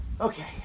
Okay